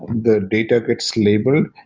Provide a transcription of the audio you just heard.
the data gets labeled.